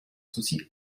souci